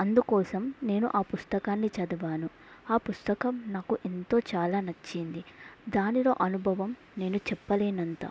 అందుకోసం నేను ఆ పుస్తకాన్ని చదివాను ఆ పుస్తకం నాకు ఎంతో చాలా నచ్చింది దానిలో అనుభవం నేను చెప్పలేనంత